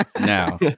Now